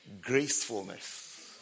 gracefulness